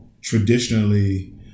traditionally